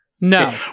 No